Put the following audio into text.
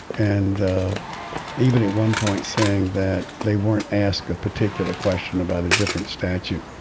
and even at one point saying that they weren't ask a particular question about a different statute.